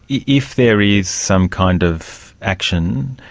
yeah if there is some kind of action,